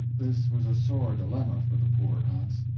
this was a sore dilemma for the poor aunts.